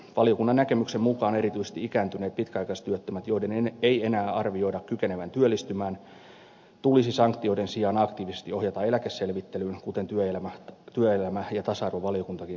valiokunnan näkemyksen mukaan erityisesti ikääntyneet pitkäaikaistyöttömät joiden ei enää arvioida kykenevän työllistymään tulisi sanktioiden sijaan aktiivisesti ohjata eläkeselvittelyyn kuten työelämä ja tasa arvovaliokuntakin lausunnossaan toteaa